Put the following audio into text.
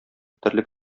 терлек